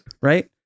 Right